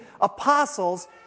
apostles